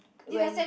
when